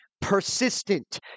persistent